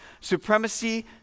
supremacy